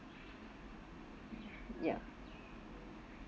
ya